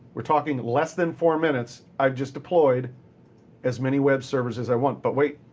we're talking less than four minutes, i've just deployed as many web servers as i want. but wait,